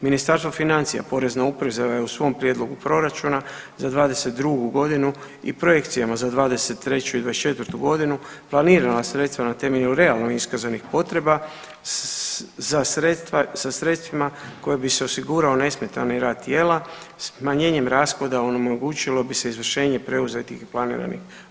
Ministarstvo financija, Porezna uprava je u svom prijedlogu proračuna za '22. godinu i projekcijama za '23. i '24. godinu planirala sredstva na temelju realno iskazanih potreba za sredstva, sa sredstvima koja bi se osigurao nesmetani rad tijela smanjenjem rashoda onemogućilo bi se izvršenje preuzetih i planiranih obveza.